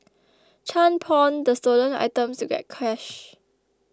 Chan pawned the stolen items to get cash